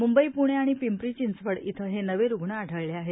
मुंबई पूणे आणि पिंपरी चिंचवड इथं हे नवे रुग्ण आढळले आहेत